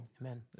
Amen